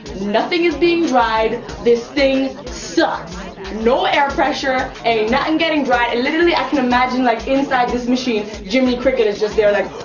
nothing is being dried. this thing sucks. no air pressure, ain't nothing getting dried. literally i can imagine like inside this machine jiminy cricket is just there like